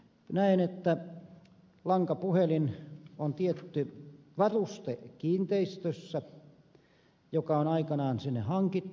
näen että lankapuhelin on kiinteistössä tietty varuste joka on aikanaan sinne hankittu